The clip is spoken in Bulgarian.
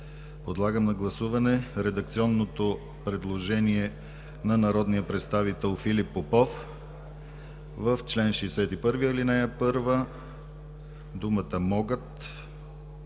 Подлагам на гласуване редакционното предложение на народния представител Филип Попов в чл. 61, ал. 1 думата „могат”